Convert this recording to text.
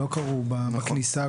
ולא בכניסה.